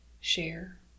share